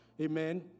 Amen